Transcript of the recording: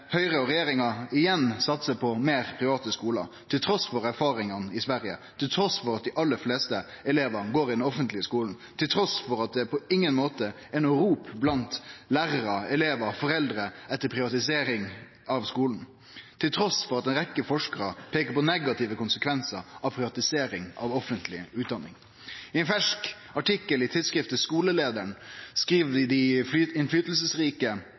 Høgre og regjeringa igjen satse meir på private skular, trass i erfaringane frå Sverige, trass i at dei aller fleste elevane går i den offentlege skulen, trass i at det på ingen måte er noko rop blant lærarar, elevar og foreldre etter privatisering av skulen, og trass i at ei rekkje forskarar peikar på negative konsekvensar av privatisering av offentleg utdanning. I ein fersk artikkel i tidsskriftet Skolelederen skriv dei innflytelsesrike